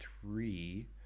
three